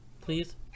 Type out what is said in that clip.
please